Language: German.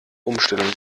umstellung